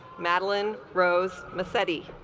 madeleine rose machete